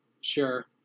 Sure